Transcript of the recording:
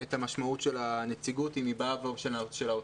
את המשמעות של הנציגות של האוצר,